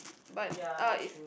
but uh it